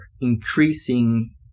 increasing